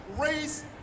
race